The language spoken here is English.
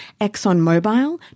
ExxonMobil